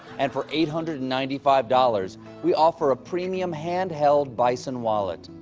and for eight hundred and ninety five dollars, we offer a premium handheld bison wallet.